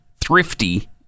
thrifty